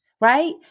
right